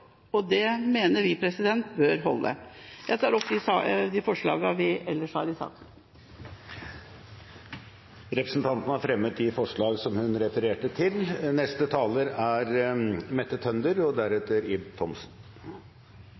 Og det mener vi bør holde. Jeg tar opp de forslagene vi ellers har i saken. Representanten Sonja Mandt har fremmet de forslagene hun refererte til. I dag debatterer vi endelig innholdet i barnehagen. Ja, ja – vi skal innom rettigheter, plasser, starttidspunkt og